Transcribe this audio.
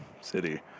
city